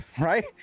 right